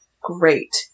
great